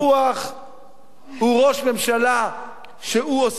הוא ראש ממשלה שעוסק בקומבינות פוליטיות,